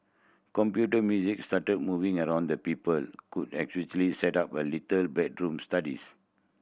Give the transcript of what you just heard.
computer music started moving around the people could set up little bedroom studies